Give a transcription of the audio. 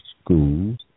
schools